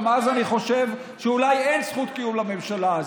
גם אז אני חושב שאולי אין זכות קיום לממשלה הזו.